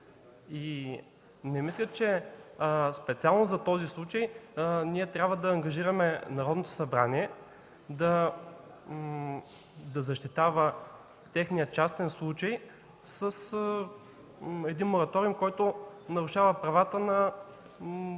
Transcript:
Не мисля, че специално за този случай трябва да ангажираме Народното събрание да защитава техния частен случай с мораториум, който нарушава правата на 99% от